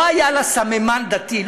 לא היה לה סממן דתי,